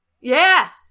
Yes